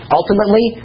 Ultimately